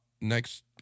next